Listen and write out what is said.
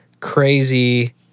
crazy